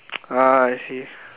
ah I see